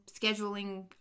scheduling